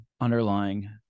underlying